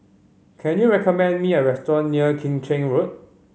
can you recommend me a restaurant near Keng Chin Road